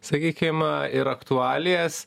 sakykim ir aktualijas